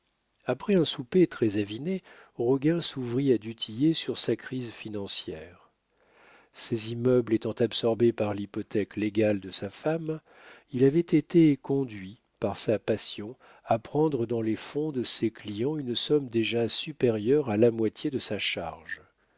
après un souper très aviné roguin s'ouvrit à du tillet sur sa crise financière ses immeubles étant absorbés par l'hypothèque légale de sa femme il avait été conduit par sa passion à prendre dans les fonds de ses clients une somme déjà supérieure à la moitié de sa charge